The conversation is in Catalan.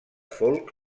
folk